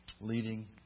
Leading